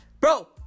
Bro